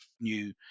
new